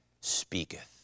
speaketh